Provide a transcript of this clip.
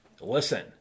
listen